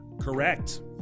Correct